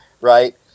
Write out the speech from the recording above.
right